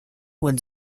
would